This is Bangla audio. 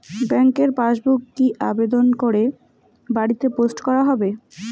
ব্যাংকের পাসবুক কি আবেদন করে বাড়িতে পোস্ট করা হবে?